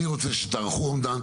תערכו אומדן,